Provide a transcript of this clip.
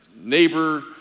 neighbor